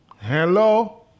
Hello